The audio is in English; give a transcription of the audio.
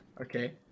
Okay